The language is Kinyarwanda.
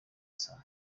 saa